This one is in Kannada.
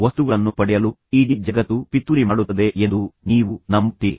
ವಸ್ತುಗಳನ್ನು ಪಡೆಯಲು ನಿಮಗೆ ಸಹಾಯ ಮಾಡಲು ಇಡೀ ಜಗತ್ತು ಪಿತೂರಿ ಮಾಡುತ್ತದೆ ಎಂದು ನೀವು ನಂಬುತ್ತೀರಿ